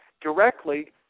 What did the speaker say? directly